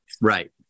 Right